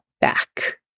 back